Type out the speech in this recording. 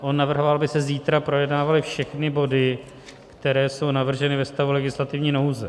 On navrhoval, aby se zítra projednávaly všechny body, které jsou navrženy ve stavu legislativní nouze.